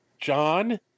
John